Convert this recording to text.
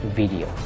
video